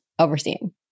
overseeing